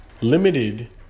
limited